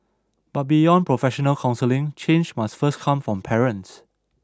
but beyond professional counselling change must first come from parents